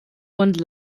und